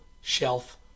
shelf